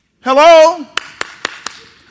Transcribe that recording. Hello